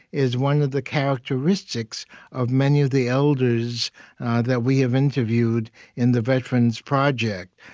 is one of the characteristics of many of the elders that we have interviewed in the veterans project,